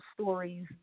stories